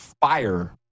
fire